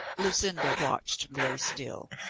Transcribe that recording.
lucinda watched, very still.